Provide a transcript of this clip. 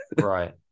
Right